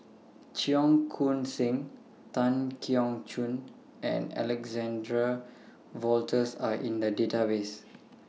Cheong Koon Seng Tan Keong Choon and Alexander Wolters Are in The Database